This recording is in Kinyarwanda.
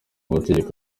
mategeko